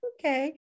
okay